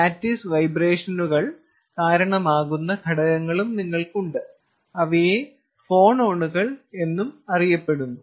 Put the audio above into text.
lattice വൈബ്രേഷനുകൾ കാരണമാകുന്ന ഘടകങ്ങളും നിങ്ങൾക്ക് ഉണ്ട് അവയെ ഫോണോണുകൾ എന്നും അറിയപ്പെടുന്നു